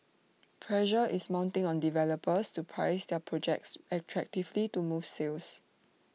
pressure is mounting on developers to price their projects attractively to move sales